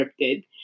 scripted